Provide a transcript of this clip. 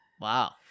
Wow